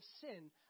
sin